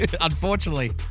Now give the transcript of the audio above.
Unfortunately